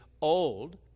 old